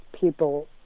people